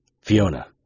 Fiona